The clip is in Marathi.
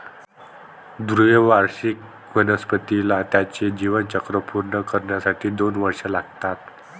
द्विवार्षिक वनस्पतीला त्याचे जीवनचक्र पूर्ण करण्यासाठी दोन वर्षे लागतात